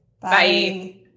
Bye